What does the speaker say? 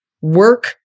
work